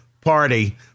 party